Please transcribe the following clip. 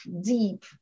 deep